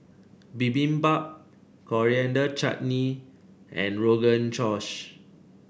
Bibimbap Coriander Chutney and Rogan Josh